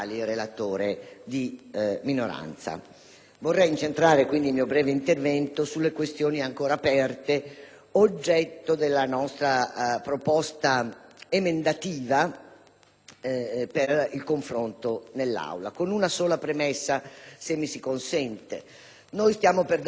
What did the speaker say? Vorrei incentrare quindi il mio breve intervento sulle questioni aperte, oggetto della nostra proposta emendativa per il confronto in Aula, con una sola premessa. Stiamo per dare attuazione all'articolo 119